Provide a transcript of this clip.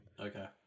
okay